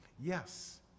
Yes